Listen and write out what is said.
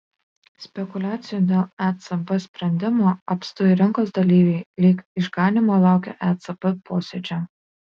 spekuliacijų dėl ecb sprendimo apstu ir rinkos dalyviai lyg išganymo laukia ecb posėdžio